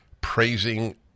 praising